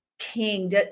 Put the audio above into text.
King